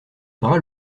bras